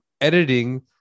editing